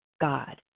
god